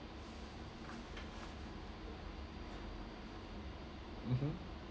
mmhmm